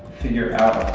figure out